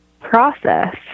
process